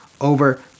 over